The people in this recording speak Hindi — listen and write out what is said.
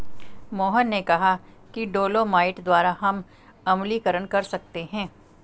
मोहन ने कहा कि डोलोमाइट द्वारा हम अम्लीकरण कर सकते हैं